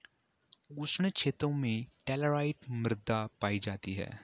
उष्ण क्षेत्रों में लैटराइट मृदा पायी जाती है